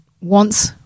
wants